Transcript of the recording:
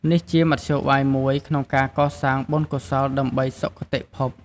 នេះជាមធ្យោបាយមួយក្នុងការសាងបុណ្យកុសលដើម្បីសុខគតិភព។